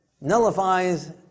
nullifies